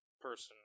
person